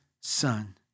son